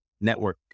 network